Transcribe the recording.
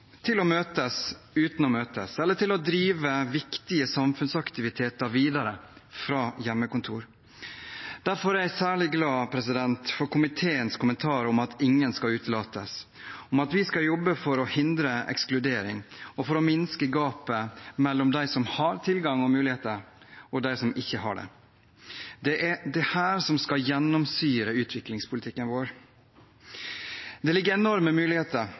til å møtes uten å møtes, eller til å drive viktige samfunnsaktiviteter videre fra hjemmekontor. Derfor er jeg særlig glad for komiteens kommentar om at ingen skal utelates, om at vi skal jobbe for å hindre ekskludering og for å minske gapet mellom dem som har tilgang og muligheter, og dem som ikke har det. Det er dette som skal gjennomsyre utviklingspolitikken vår. Det ligger enorme muligheter